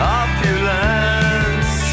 opulence